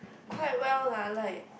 quite well lah like